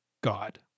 God